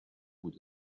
bout